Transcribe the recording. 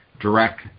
direct